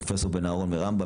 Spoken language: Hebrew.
פרופסור בן אהרון מרמב"ם,